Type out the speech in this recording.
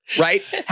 Right